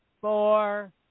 four